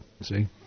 see